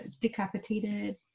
decapitated